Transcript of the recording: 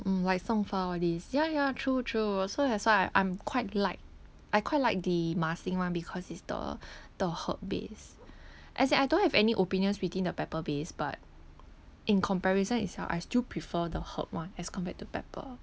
mm like song fa all these ya ya true true so that's why I I'm quite like I quite like the marsiling [one] because it's the the herb base as in I don't have any opinions within the pepper base but in comparison itself I still prefer the herb [one] as compared to pepper